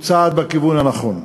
הוא צעד בכיוון הנכון,